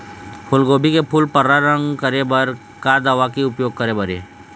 फूलगोभी के फूल पर्रा रंग करे बर का दवा के उपयोग करे बर ये?